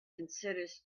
considers